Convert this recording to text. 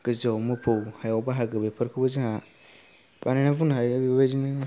गोजौआव मोफौ हायाव बाहागो बेफोरखौबो जोंहा बानायनानै बुंनो हायो बेबायदिनो